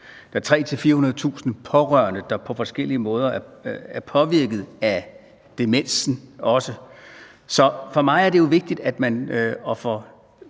Der er 300.000-400.000 pårørende, der på forskellige måder også er påvirket af demensen. Så for mig er det jo vigtigt – og for